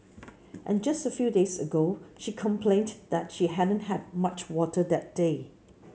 and just a few days ago she complained that she hadn't had much water that day